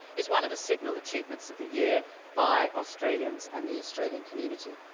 is one of the signal achievements of the year by australians and the australian community.